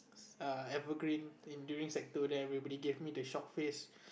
err Evergreen in during sec two then everybody gave me the shock face